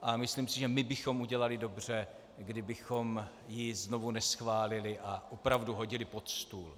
A myslím si, že my bychom udělali dobře, kdybychom ji znovu neschválili a opravdu hodili pod stůl.